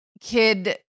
kid